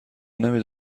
نمی